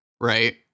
Right